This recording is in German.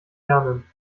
lernen